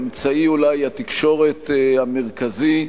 אולי אמצעי התקשורת המרכזי,